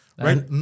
Right